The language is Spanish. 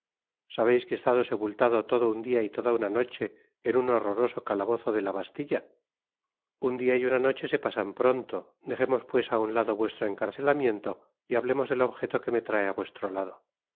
sabeis que he estado sepultado todo un dia y toda una noche en un horroroso calabozo de la bastilla un dia y una noche se pasan pronto dejemos pues á un lado vuestro encarcelamiento y hablemos del objeto que me trae á vuestro lado